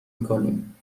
میکنیم